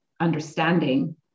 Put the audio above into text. understanding